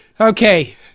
Okay